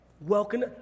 Welcome